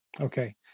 Okay